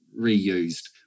reused